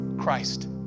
Christ